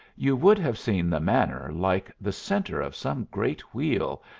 you would have seen the manor like the centre of some great wheel,